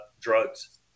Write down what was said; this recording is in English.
drugs